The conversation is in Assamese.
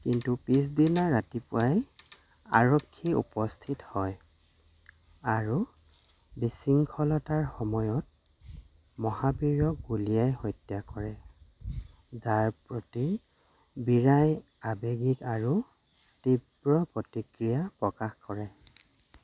কিন্তু পিছদিনা ৰাতিপুৱাই আৰক্ষী উপস্থিত হয় আৰু বিশৃংখলতাৰ সময়ত মহাবীৰক গুলীয়াই হত্যা কৰে যাৰ প্ৰতি বীৰাই আৱেগিক আৰু তীব্ৰ প্ৰতিক্ৰিয়া প্ৰকাশ কৰে